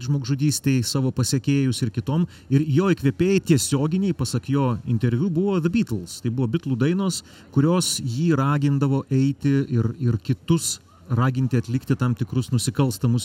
žmogžudystei savo pasekėjus ir kitom ir jo įkvėpėjai tiesioginiai pasak jo interviu buvo the beatles tai buvo bitlų dainos kurios jį ragindavo eiti ir ir kitus raginti atlikti tam tikrus nusikalstamus